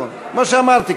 כמו שאמרתי,